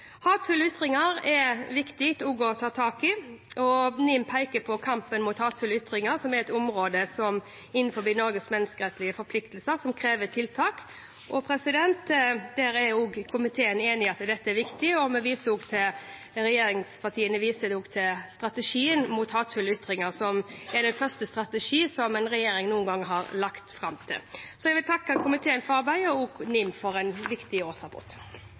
ytringer er det også viktig å ta tak i, og NIM peker på kampen mot hatefulle ytringer som et område innenfor Norges menneskerettslige forpliktelser som krever tiltak. Komiteen er enig i at dette er viktig, og regjeringspartiene viser også til strategien mot hatefulle ytringer, som er den første strategi som en regjering noen gang har lagt fram om dette. Jeg vil takke komiteen for arbeidet og også NIM for en viktig årsrapport.